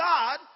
God